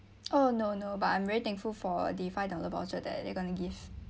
oh no no but I'm very thankful for the five dollar voucher that you going to give